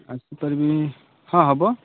ଆସିପାରିବି ହଁ ହେବ